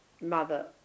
mother